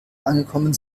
angekommen